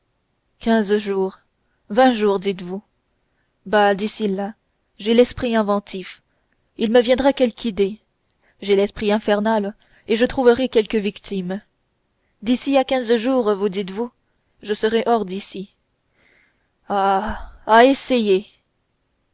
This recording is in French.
quinze jours vingt jours dites-vous bah d'ici là j'ai l'esprit inventif il me viendra quelque idée j'ai l'esprit infernal et je trouverai quelque victime d'ici à quinze jours vous ditesvous je serai hors d'ici ah ah essayez